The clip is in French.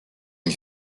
une